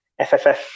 FFF